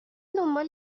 دنبال